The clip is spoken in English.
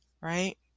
right